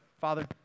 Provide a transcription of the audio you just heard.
Father